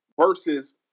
versus